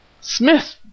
Smith